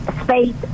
Space